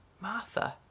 Martha